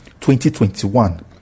2021